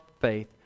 faith